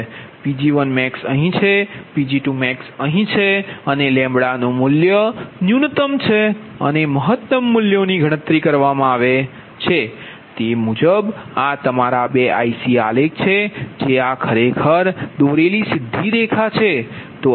Pg1max અહીં છે Pg2max અહીં છે અને નુ મૂલ્ય ન્યૂનતમ છે અને મહત્તમ મૂલ્યોની ગણતરી કરવામાં આવે છે તે મુજબ આ તમારા બે IC આલેખ છે જે આ ખરેખર દોરેલી સીધી રેખા છે